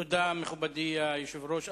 תודה, מכובדי היושב-ראש.